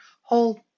Hold